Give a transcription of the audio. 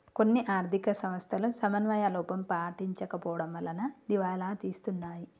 కొన్ని ఆర్ధిక సంస్థలు సమన్వయ లోపం పాటించకపోవడం వలన దివాలా తీస్తున్నాయి